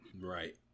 right